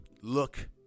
look